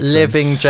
living